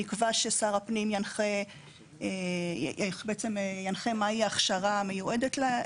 נקבע ששר הפנים ינחה מהי ההכשרה המיועדת.